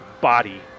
body